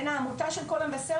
בין העמותה של "קול המבשר",